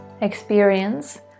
experience